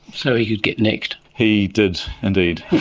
so he could get nicked. he did indeed.